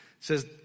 says